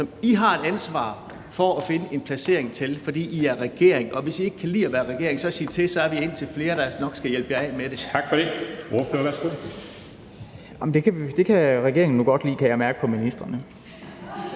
som I har et ansvar for at finde en placering til, fordi I er regering. Og hvis I ikke kan lide at være regering, så sig til. Så er vi indtil flere, der nok skal hjælpe jer af med det. Kl. 10:09 Formanden (Henrik Dam Kristensen):